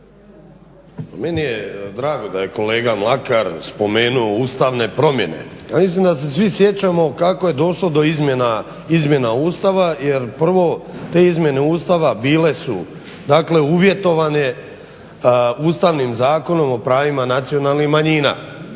Meni je drago da je kolega Mlakar spomenuo ustavne promjene. Ja mislim da se svi sjećamo kako je došlo do izmjena Ustava jer prvo te izmjene Ustava bile su uvjetovane Ustavnim zakonom o pravima nacionalnih manjina